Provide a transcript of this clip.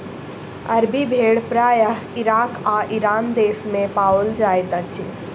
अरबी भेड़ प्रायः इराक आ ईरान देस मे पाओल जाइत अछि